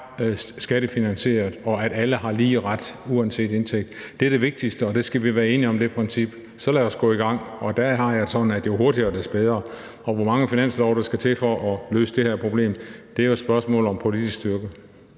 skattefinansieret, og at alle har lige ret uanset indtægt. Det er det vigtigste, og det princip skal vi være enige om. Så lad os gå i gang, og der har jeg det sådan, at jo hurtigere, des bedre. Hvor mange finanslove, der skal til for at løse det her problem, er jo et spørgsmål om politisk styrke.